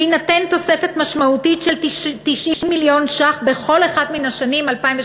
תינתן תוספת משמעותית של 90 מיליון ש"ח בכל אחת מן השנים 2013